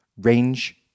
Range